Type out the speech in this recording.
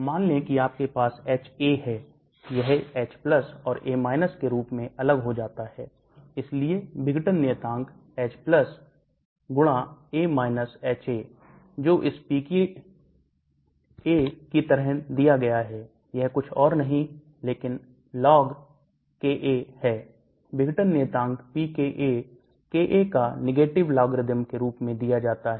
मान ले कि आपके पास HA है यह H और A के रूप में अलग हो जाता है इसलिए विघटन नियतांक H A HA जो इस pKa की तरह दिया गया है यह कुछ और नहीं लेकिन log है विघटन नियतांक pKa Ka का नेगेटिव लॉग्र्रिदम के रूप में दिया जाता है